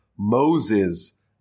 Moses